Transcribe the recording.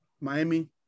Miami